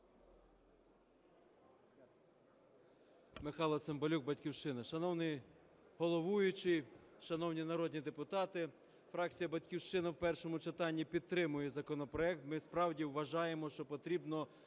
Михайло Цимбалюк, "Батьківщина". Шановний головуючий, шановні народні депутати, фракція "Батьківщина" в першому читанні підтримує законопроект. Ми справді вважаємо, що потрібно